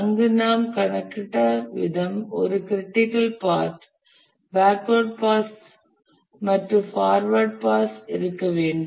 அங்கு நாம் கணக்கிட்ட விதம் ஒரு க்ரிட்டிக்கல் பாத் பேக்வேர்ட் பாஸைத் மற்றும் பார்டக்வேர்ட் பாஸ் இருக்க வேண்டும்